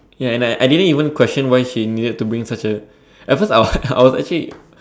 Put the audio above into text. yeah and I I didn't even question why she needed to bring such a at first I was I was actually